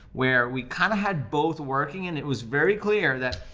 where we kinda had both working and it was very clear that,